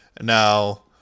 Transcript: Now